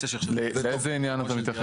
לאיזה עניין אתה מתייחס?